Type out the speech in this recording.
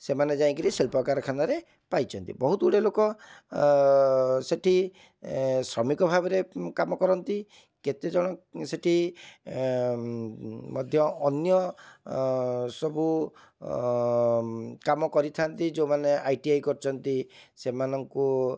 ସେମାନେ ଯାଇକିରି ଶିଳ୍ପକାରଖାନରେ ପାଇଛନ୍ତି ବହୁତ ଗୁଡ଼ିଏ ଲୋକ ସେଇଠି ଶ୍ରମିକଭାବରେ କାମକରନ୍ତି କେତେଜଣ ସେଇଠି ମଧ୍ୟ ଅନ୍ୟ ସବୁ କାମ କରିଥାନ୍ତି ଯେଉଁମାନେ ଆଇ ଟି ଆଇ କରିଛନ୍ତି ସେମାନଙ୍କୁ